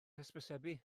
hysbysebu